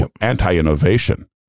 Anti-innovation